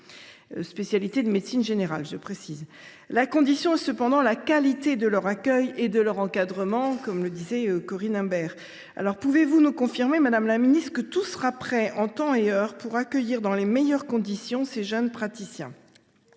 condition de réussite de ce dispositif est cependant la qualité de leur accueil et de leur encadrement, comme le soulignait Corinne Imbert. Pouvez vous me confirmer, madame la ministre, que tout sera prêt en temps et en heure pour accueillir dans les meilleures conditions ces jeunes praticiens ?